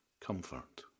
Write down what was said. comfort